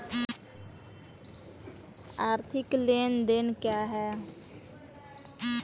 आर्थिक लेनदेन क्या है?